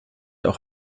auch